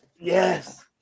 Yes